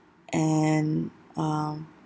and um